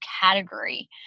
category